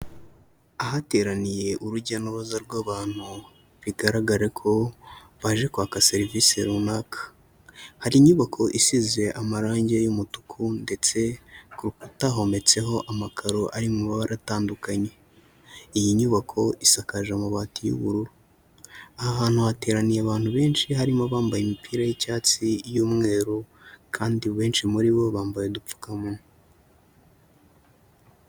Ahateraniye urujya n'uruza rw'abantu, bigaragare ko baje kwaka serivisi runaka. Hari inyubako isize amarangi y'umutuku ndetse ku nkuta hometseho amakaro ari mu mabara atandukanye. Iyi nyubako isakaje amabati y'ubururu. Aha hantu hateraniye abantu benshi harimo abambaye imipira y'icyatsi y'umweru kandi benshi muri bo bambaye udupfukamunwa.